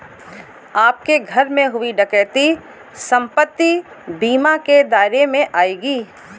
आपके घर में हुई डकैती संपत्ति बीमा के दायरे में आएगी